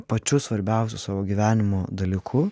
pačiu svarbiausiu savo gyvenimo dalyku